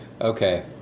Okay